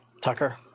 Tucker